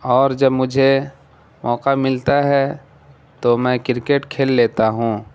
اور جب مجھے موقع ملتا ہے تو میں کرکٹ کھیل لیتا ہوں